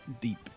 deep